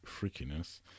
freakiness